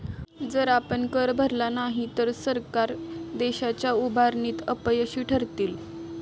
जर आपण कर भरला नाही तर सरकार देशाच्या उभारणीत अपयशी ठरतील